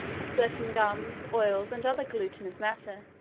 of certain gums, oils, and other glutinous matter,